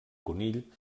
conill